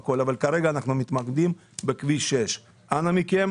אבל כרגע אנחנו מתמקדים בכביש 6. אנא מכם,